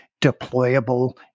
deployable